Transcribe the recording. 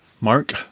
Mark